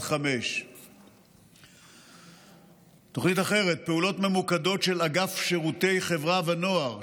5. תוכנית אחרת: פעולות ממוקדות של אגף שירותי חברה ונוער,